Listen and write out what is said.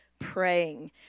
praying